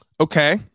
Okay